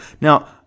Now